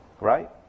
right